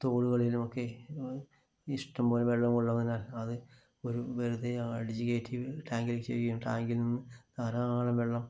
തോടുകളിലുമൊക്കെ ഇഷ്ടം പോലെ വെള്ളമുള്ളതിനാൽ അത് ഒരു വെറുതെ അടിച്ചു കയറ്റി ടാങ്കിലെത്തുകയും ടാങ്കിൽ നിന്ന് ധാരാളം വെള്ളം